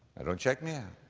don't check me out.